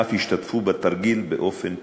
אף השתתפו בתרגיל באופן פעיל.